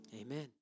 amen